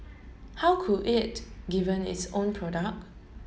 how could it given its own product